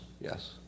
yes